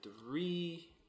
three